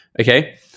okay